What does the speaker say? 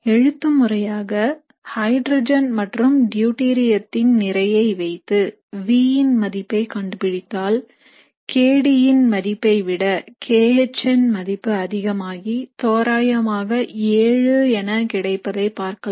எழுத்து முறையாக ஹைட்ரஜன் மற்றும் டியூட்டிரியத்தின் நிறையை வைத்து v ன் மதிப்பை கண்டுபிடித்தால் kD ன் மதிப்பைவிட kH ன் மதிப்பு அதிகமாகி தோராயமாக 7 என கிடைப்பதை பார்க்கலாம்